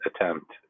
attempt